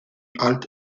alt